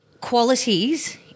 qualities